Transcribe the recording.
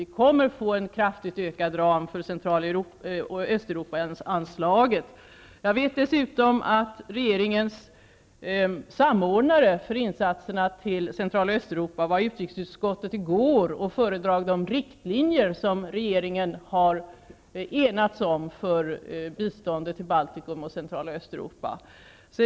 Vi kommer att få en kraftigt ökad ram för Central och Östeuropaanslaget. Jag vet dessutom att regeringens samordnare för insatserna till Centraloch Östeuropa var i utrikesutskottet i går och föredrog de riktlinjer som regeringen har enats om för biståndet till Baltikum och Centraloch Östeuropa.